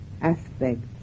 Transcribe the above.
aspects